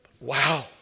Wow